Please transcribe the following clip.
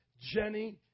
Jenny